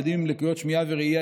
ילדים עם לקויות שמיעה וראייה,